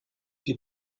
die